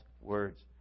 words